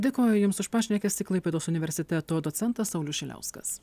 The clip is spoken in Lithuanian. dėkoju jums už pašnekesį klaipėdos universiteto docentas saulius šiliauskas